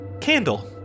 candle